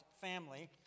family